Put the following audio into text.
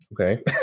Okay